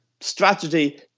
strategy